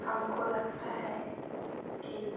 हमको लगता है कि